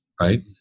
right